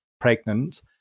pregnant